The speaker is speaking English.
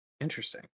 Interesting